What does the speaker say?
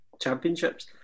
Championships